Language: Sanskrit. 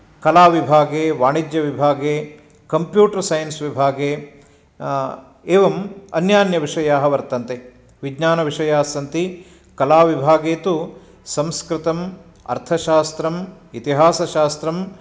कलाविभागे वाणिज्यविभागे कम्प्यूटर् सैन्स् विभागे एवम् अन्यान्यविषयाः वर्तन्ते विज्ञानविषयाः सन्ति कलाविभागे तु संस्कृतम् अर्थशास्त्रम् इतिहासशास्त्रम्